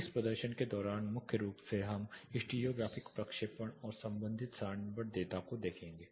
इस प्रदर्शन के दौरान मुख्य रूप से हम स्टीरियोग्राफिक प्रक्षेपण और संबंधित सारणीबद्ध डेटा को देखेंगे